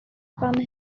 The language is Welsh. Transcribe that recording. fan